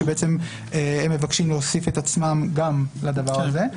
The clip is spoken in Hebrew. שהם מבקשים להוסיף את עצמם גם לדבר הזה.